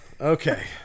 Okay